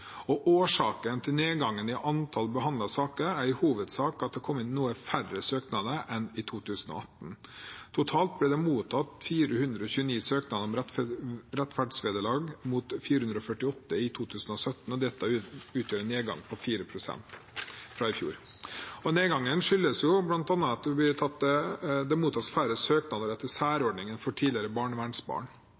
det har kommet inn noe færre søknader i 2018. Totalt ble det mottatt 429 søknader om rettferdsvederlag, mot 448 i 2017, og dette utgjør en nedgang på 4 pst. fra i fjor. Nedgangen skyldes bl.a. at det mottas færre søknader etter særordningen for tidligere barnevernsbarn.